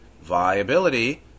viability